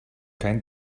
kein